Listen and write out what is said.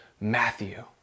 Matthew